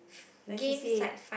like C_C_A